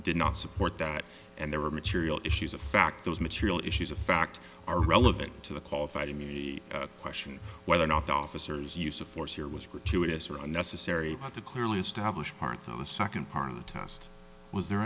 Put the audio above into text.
did not support that and there were material issues of fact those material issues of fact are relevant to the qualified immunity question whether or not the officers use of force here was gratuitous or unnecessary to clearly establish part of the second part of the test was there